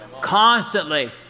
constantly